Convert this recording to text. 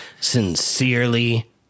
Sincerely